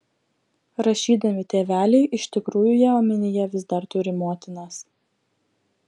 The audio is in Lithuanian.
rašydami tėveliai iš tikrųjų jie omenyje vis dar turi motinas